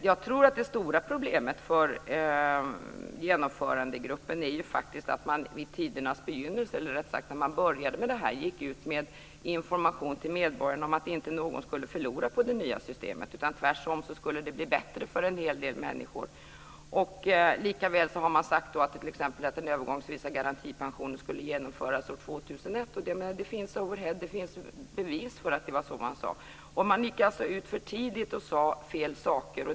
Jag tror att det stora problemet för Genomförandegruppen är att när man började med det här gick man ut med information till medborgarna om att inte någon skulle förlora på det nya systemet. Tvärtom skulle det bli bättre för en hel del människor. Man har också sagt att t.ex. den övergångsvisa garantipensionen skulle genomföras år 2001. Det finns bevis för att det var så man sade. Man gick alltså ut för tidigt och sade fel saker.